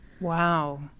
Wow